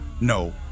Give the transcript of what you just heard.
No